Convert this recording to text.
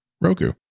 Roku